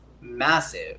massive